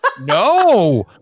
No